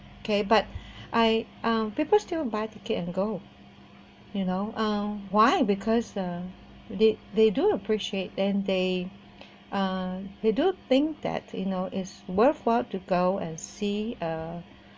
okay but I um people still buy ticket and go you know um why because um they they do appreciate then they uh they don't think that you know is worthwhile to go and see uh